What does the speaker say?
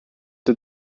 the